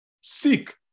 seek